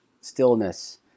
stillness